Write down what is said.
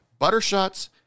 buttershots